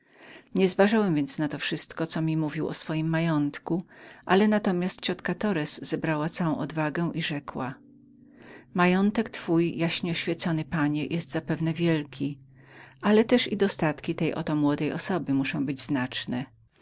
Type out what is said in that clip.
nogi nieuważałem więc na to wszystko co mi mówił o swoim majątku ale natomiast ciotka torres zebrała całą odwagę i rzekła majątek wasz jopanie jest zapewne wielki ale też i dostatki tej oto młodej osoby muszą być znaczne